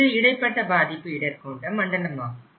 இது இடைப்பட்ட பாதிப்பு இடர் கொண்ட மண்டலமாகும்